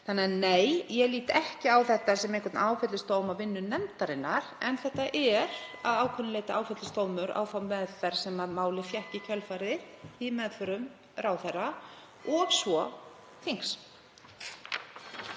Þannig að nei, ég lít ekki á þetta sem einhvern áfellisdóm yfir vinnu nefndarinnar, en þetta er að ákveðnu leyti áfellisdómur yfir þeirri meðferð sem málið fékk í kjölfarið í meðförum ráðherra og svo þings.